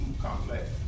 complex